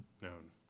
known